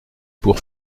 pour